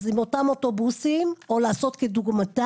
אז עם אותם אוטובוסים, או לעשות כדוגמתם